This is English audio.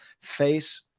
face